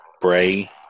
Bray